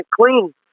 clean